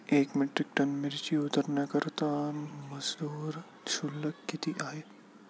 एक metric ton मिरची उतरवण्याकरता मजुर शुल्क किती आहे?